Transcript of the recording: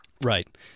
Right